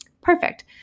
Perfect